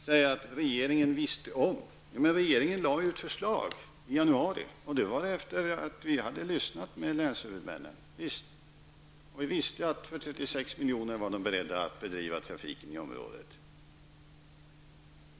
Herr talman! Viola Claesson säger att regeringen visste om hur det låg till. Men regeringen lade fram ett förslag i januari efter det att vi hade lyssnat på länshuvudmännen. Vi visste att de var beredda att för 36 milj.kr. bedriva trafiken i området.